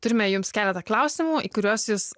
turime jums keletą klausimų į kuriuos jūs